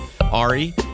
Ari